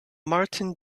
martin